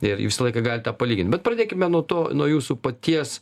ir jūs tą laiką galite palygint bet pradėkime nuo to nuo jūsų paties